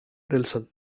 nelson